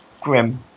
grim